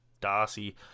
Darcy